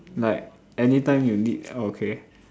like any time you need okay